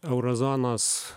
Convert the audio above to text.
euro zonos